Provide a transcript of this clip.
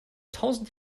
tausend